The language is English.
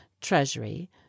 treasury